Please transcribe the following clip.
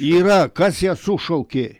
yra kas ją sušaukė